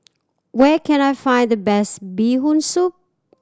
where can I find the best Bee Hoon Soup